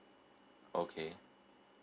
okay